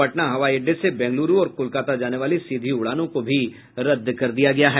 पटना हवाई अड्डे से बेंग्लुरू और कोलकाता जाने वाली सीधी उड़ानों को भी रद्द कर दिया गया है